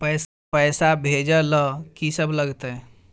पैसा भेजै ल की सब लगतै?